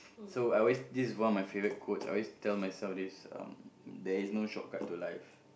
so I'll always this is one of my favorite quotes I always tell myself this um there is no shortcut to life